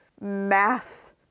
math